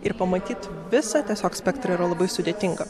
ir pamatyt visą tiesiog spektrą yra labai sudėtinga